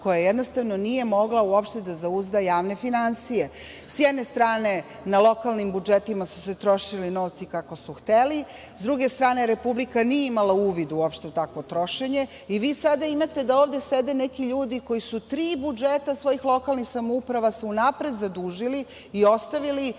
koja jednostavno nije mogla uopšte da zauzda javne finansije. S jedne strane na lokalnim budžetima su se trošili novci kako su hteli. S druge strane, Republika nije imala uvid uopšte u takvo trošenje. I vi sada imate da ovde sede neki ljudi koji su tri budžeta svojih lokalnih samouprava se unapred zadužili i ostavili